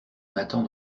m’attend